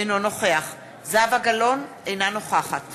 אינו נוכח זהבה גלאון, אינה נוכחת